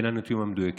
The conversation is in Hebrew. אלה הנתונים המדויקים.